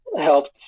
helped